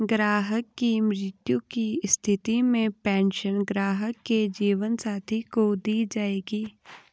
ग्राहक की मृत्यु की स्थिति में पेंशन ग्राहक के जीवन साथी को दी जायेगी